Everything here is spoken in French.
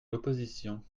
l’opposition